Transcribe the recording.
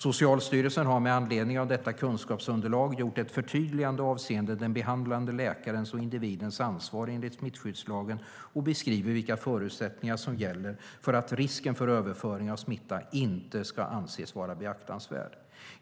Socialstyrelsen har med anledning av detta kunskapsunderlag gjort ett förtydligande avseende den behandlande läkarens och individens ansvar enligt smittskyddslagen och beskriver vilka förutsättningar som gäller för att risken för överföring av smitta inte ska anses vara beaktansvärd.